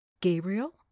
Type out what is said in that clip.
Gabriel